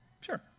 Sure